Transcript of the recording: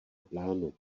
plánu